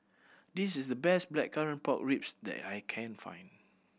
this is the best Blackcurrant Pork Ribs that I can find